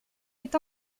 est